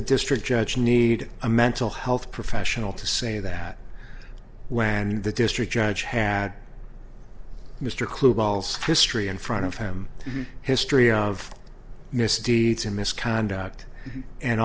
the district judge need a mental health professional to say that when the district judge had mr clue balls history in front of him history of misdeeds in misconduct and